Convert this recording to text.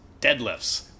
deadlifts